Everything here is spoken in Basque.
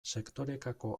sektorekako